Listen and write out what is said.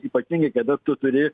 ypatingai kada tu turi